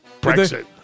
Brexit